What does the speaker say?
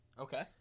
Okay